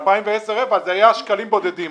ב-02010 אלה היו שקלים בודדים.